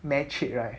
match it right